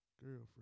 girlfriend